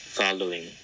following